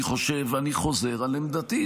אני חושב ואני חוזר על עמדתי,